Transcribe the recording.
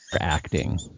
acting